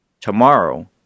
Tomorrow